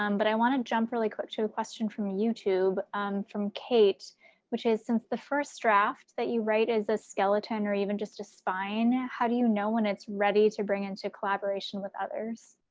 um but i want to jump really quick to a question from youtube from kate which is since the first draft that you write is a skeleton or even just a spine, how do you know when it's ready to bring into collaboration with others?